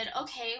okay